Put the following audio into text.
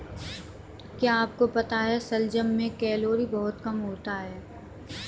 क्या आपको पता है शलजम में कैलोरी बहुत कम होता है?